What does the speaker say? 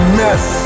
mess